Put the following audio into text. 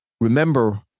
remember